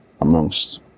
amongst